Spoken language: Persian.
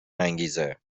انگیزه